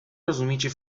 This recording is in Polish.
rozumiecie